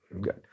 Good